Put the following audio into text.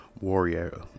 warrior